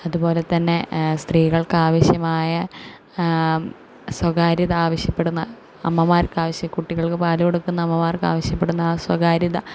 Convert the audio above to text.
അതുപോലെ തന്നെ സ്ത്രീകൾക്കാവശ്യമായ സ്വകാര്യത ആവശ്യപ്പെടുന്ന അമ്മമാർക്ക് ആവശ്യ കുട്ടികൾക്കു പാലുകൊടുക്കുന്ന അമ്മമാർക്കാവശ്യപ്പെടുന്ന സ്വകാര്യത